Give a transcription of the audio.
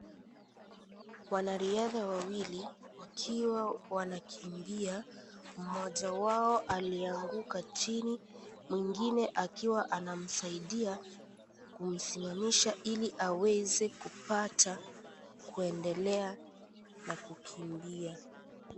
Wanariadha wawili wakiwa wanakimbia mmoja wao alianguka chini mwingine akiwa anamsaidia kimsimamisha Ili aweze kupata kuendelea na kukimbia.